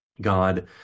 God